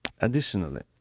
Additionally